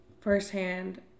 firsthand